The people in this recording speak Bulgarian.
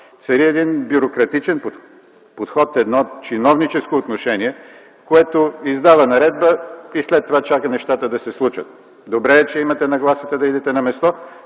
цари един бюрократичен подход, едно чиновническо отношение, което издава наредба и след това чака нещата да се случат. Добре е, че имате нагласата да идете на място,